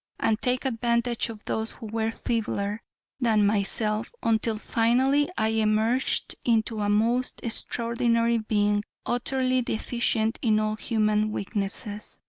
and take advantage of those who were feebler than myself, until finally i emerged into a most extraordinary being, utterly deficient in all human weaknesses.